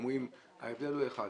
אומרים: ההבדל הוא אחד,